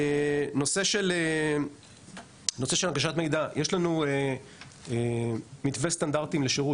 נושא של הנגשת מידע: יש לנו מתווה סטנדרטים לשירות